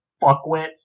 fuckwits